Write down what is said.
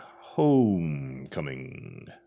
Homecoming